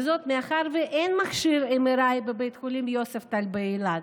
וזאת מאחר שאין מכשיר MRI בבית החולים יוספטל באילת.